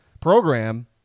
program